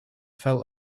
felt